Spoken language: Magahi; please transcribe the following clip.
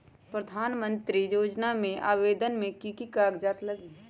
प्रधानमंत्री योजना में आवेदन मे की की कागज़ात लगी?